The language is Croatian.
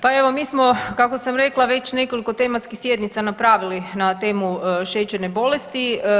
Pa evo mi smo kako sam rekla već nekoliko tematskih sjednica napravili na temu šećerne bolesti.